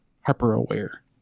hyper-aware